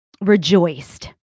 rejoiced